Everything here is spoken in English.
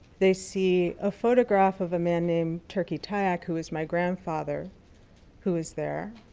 they see a photograph of a man named turkey tayac who is my grandfather who is there,